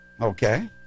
Okay